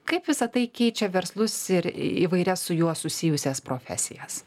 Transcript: kaip visa tai keičia verslus ir įvairias su juo susijusias profesijas